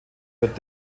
wird